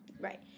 right